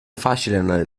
facile